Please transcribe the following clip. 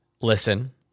listen